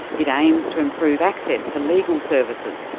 it aims to improve access to legal services,